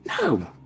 No